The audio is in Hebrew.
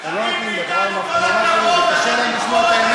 אתה רוצה לסגור את לוד,